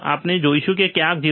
અને આપણે જોશું કે તે ક્યાંક 0